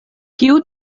kiu